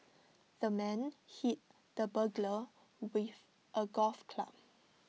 the man hit the burglar with A golf club